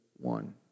one